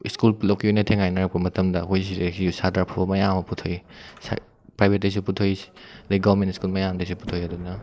school ꯄꯨꯂꯞꯀꯤ ꯑꯣꯏꯅ ꯊꯦꯡꯒꯥꯏꯅꯔꯛꯄ ꯃꯇꯝꯗ ꯑꯩꯈꯣꯏ ꯁꯤꯗꯒꯤꯁꯨ ꯁꯥꯇ꯭ꯔ ꯑꯐꯕ ꯃꯌꯥꯝ ꯑꯃ ꯄꯨꯊꯣꯛꯏ ꯄ꯭ꯔꯥꯏꯕꯦꯠꯇꯩꯁꯨ ꯄꯨꯊꯣꯛꯏ ꯑꯗꯩ ꯒꯣꯔꯃꯦꯟ ꯁ꯭ꯀꯨꯜ ꯃꯌꯥꯝꯗꯩꯁꯨ ꯄꯨꯊꯣꯛꯏ ꯑꯗꯨꯅ